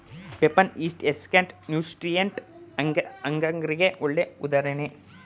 peptone, yeast extract nutrient ಅಗರ್ಗೆ ಗೆ ಒಳ್ಳೆ ಉದಾಹರಣೆ